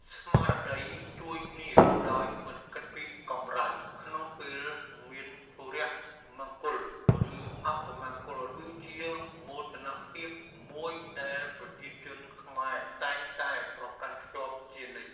ស្មារតីជួយគ្នាដោយមិនគិតពីកម្រៃក្នុងពេលមានធុរៈមង្គលឬអមង្គល គឺជាមោទនភាពមួយដែលប្រជាជនខ្មែរតែងតែប្រកាន់ខ្ជាប់ជានិច្ច។